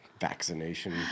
Vaccination